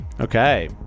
Okay